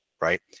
right